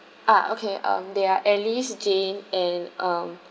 ah okay um they are alice jane and um